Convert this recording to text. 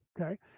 Okay